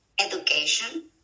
education